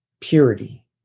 purity